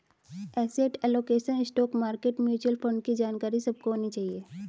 asset allocation, stock market, mutual fund की जानकारी सबको होनी चाहिए